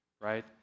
right